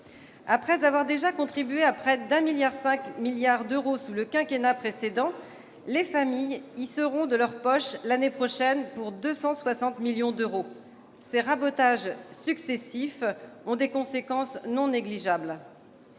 Après avoir déjà contribué à hauteur de presque 1,5 milliard d'euros sous le quinquennat précédent, les familles y seront de leur poche l'année prochaine pour 260 millions d'euros. Ces rabotages successifs ont des conséquences non négligeables.